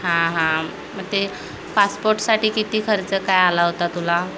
हां हां मग ते पासपोटसाठी किती खर्च काय आला होता तुला